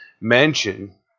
mention